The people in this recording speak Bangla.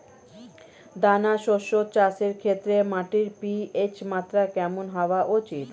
দানা শস্য চাষের ক্ষেত্রে মাটির পি.এইচ মাত্রা কেমন হওয়া উচিৎ?